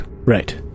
Right